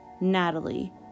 Natalie